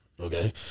okay